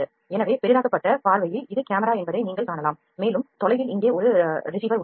எனவே பெரிதாக்கப்பட்ட பார்வையில் இது கேமரா என்பதை நீங்கள் காணலாம் மேலும் தொலைவில் இங்கே ஒரு ரிசீவர் உள்ளது